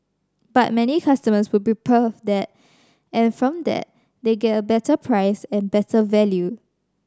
but many customers would prefer that and from that they get a better price and better value